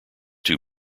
two